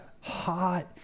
Hot